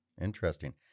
Interesting